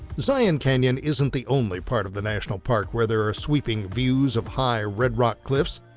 zion canyon isn't the only part of the national park where there are sweeping views of high red rock cliffs,